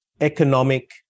economic